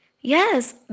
Yes